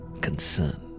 concern